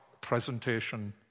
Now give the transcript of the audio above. presentation